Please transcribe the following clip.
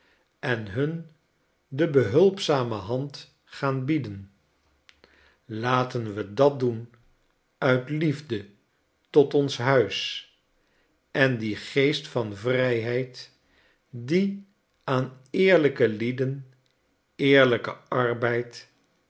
en hun de behulpzame hand gaan bieden laten we dat doen uit liefde tot ons huis en dien geest van vrijheid die aan eerlijke lieden eerlijken arbeid